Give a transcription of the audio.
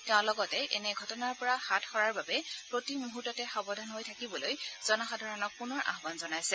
তেওঁ লগতে এনে ঘটনাৰ পৰা হাত সৰাৰ বাবে প্ৰতি মূহূৰ্ততে সাৱধান হৈ থাকিবলৈ জনসাধাৰণক পুনৰ আহুন জনাইছে